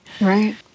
Right